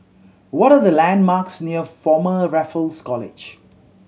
what are the landmarks near Former Raffles College